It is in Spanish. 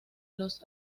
los